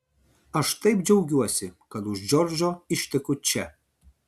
aš taip džiaugiuosi kad už džordžo išteku čia